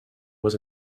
was